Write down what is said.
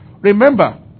Remember